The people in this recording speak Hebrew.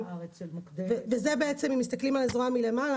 אם מסתכלים על הזרוע מלמעלה,